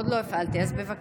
עוד לא הפעלתי, אז בבקשה.